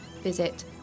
visit